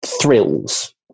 thrills